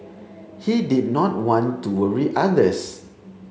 he did not want to worry others